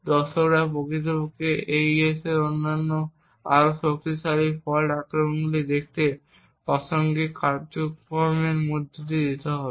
দর্শকরা প্রকৃতপক্ষে AES তে অন্যান্য আরও শক্তিশালী ফল্ট আক্রমণগুলি দেখতে প্রাসঙ্গিক কাগজপত্রের মধ্য দিয়ে যেতে হবে